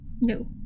No